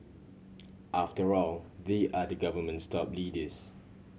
after all they are the government's top leaders